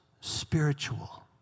spiritual